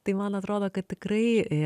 tai man atrodo kad tikrai